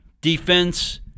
Defense